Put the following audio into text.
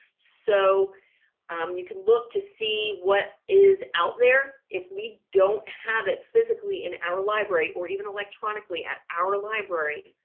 so you can look to see what is out there if we don't have it physically in our library or even electronically at our library.